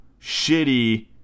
shitty